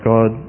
God